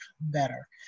better